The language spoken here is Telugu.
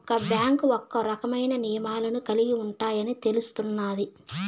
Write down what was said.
ఒక్క బ్యాంకు ఒక్కో రకమైన నియమాలను కలిగి ఉంటాయని తెలుస్తున్నాది